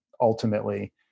ultimately